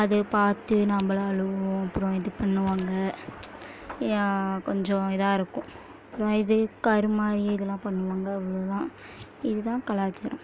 அது பார்த்து நம்மளும் அழுவோம் அப்புறம் இது பண்ணுவாங்க ஏன் கொஞ்சம் இதாக இருக்கும் அப்புறம் இது கருமாதி இதெலாம் பண்ணுவாங்க அவ்வளோதான் இதுதான் கலாச்சாரம்